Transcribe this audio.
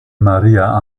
maria